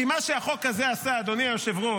כי מה שהחוק הזה עשה, אדוני היושב-ראש,